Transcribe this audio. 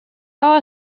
are